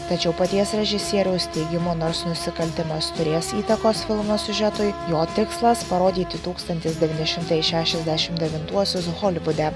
tačiau paties režisieriaus teigimu nors nusikaltimas turės įtakos filmo siužetui jo tikslas parodyti tūkstantis devyni šimtai šešiasdešimt devintuosius holivude